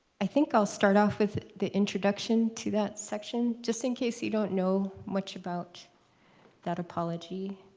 i think i'll start off with the introduction to that section. just in case you don't know much about that apology,